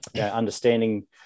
understanding